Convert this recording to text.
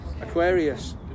Aquarius